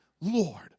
Lord